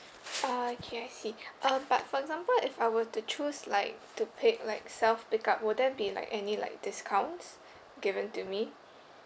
oh okay I see uh but for example if I were to choose like to pick like self pick up will there be like any like discounts given to me